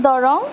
Darrang